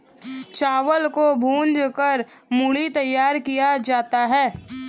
चावल को भूंज कर मूढ़ी तैयार किया जाता है